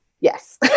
Yes